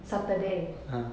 saturday